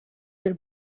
bir